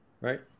Right